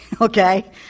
okay